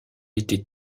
était